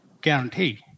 guarantee